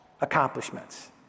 accomplishments